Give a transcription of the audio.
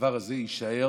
הדבר הזה יישאר.